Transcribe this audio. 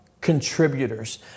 contributors